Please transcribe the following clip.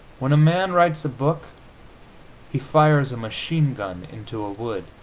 when a man writes a book he fires a machine gun into a wood.